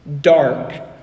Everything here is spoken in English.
dark